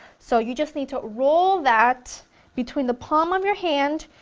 so you just need to roll that between the palm of your hand.